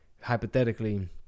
hypothetically